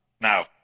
Now